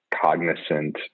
cognizant